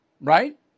Right